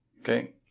Okay